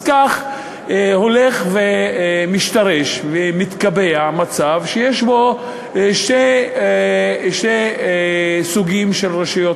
כך הולך ומשתרש ומתקבע מצב שיש שני סוגים של רשויות